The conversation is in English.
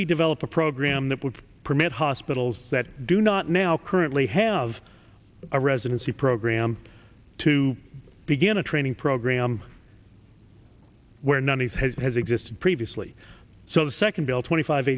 we develop a program that would permit hospitals that do not now currently have a residency program to begin a training program where none is has has existed previously so the second bill twenty five